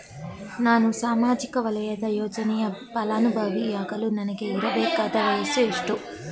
ನಾನು ಸಾಮಾಜಿಕ ವಲಯದ ಯೋಜನೆಯ ಫಲಾನುಭವಿ ಯಾಗಲು ನನಗೆ ಇರಬೇಕಾದ ವಯಸ್ಸು ಎಷ್ಟು?